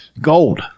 Gold